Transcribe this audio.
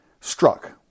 struck